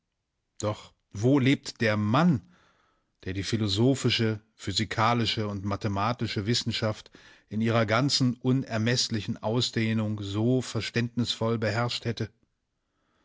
doch wo lebt der mann der die philosophische physikalische und mathematische wissenschaft in ihrer ganzen unermeßlichen ausdehnung so verständnisvoll beherrscht hätte